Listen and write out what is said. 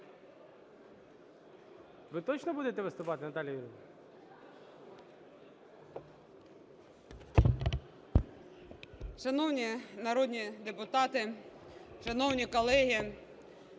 Ви точно будете виступати, Наталія Юріївна?